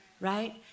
right